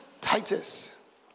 Titus